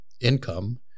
income